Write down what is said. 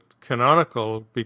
Canonical